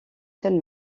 seule